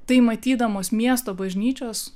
tai matydamos miesto bažnyčios